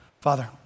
Father